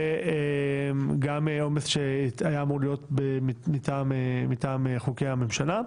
וגם העומס שהיה אמור להיות מטעם חוקי הממשלה.